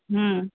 हम्म